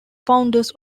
founders